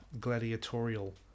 gladiatorial